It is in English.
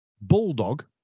Bulldog